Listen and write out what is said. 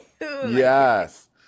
Yes